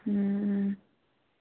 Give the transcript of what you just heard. ہوں ہوں